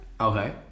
Okay